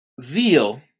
zeal